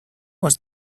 was